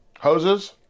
hoses